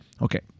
Okay